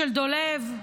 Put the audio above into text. של דולב,